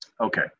okay